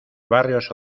barrios